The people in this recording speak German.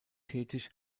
tätig